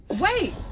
wait